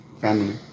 Family